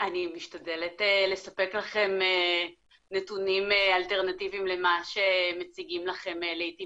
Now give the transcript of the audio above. אני משתדלת לספק לכם נתונים אלטרנטיביים למה שמציגים לכם לעתים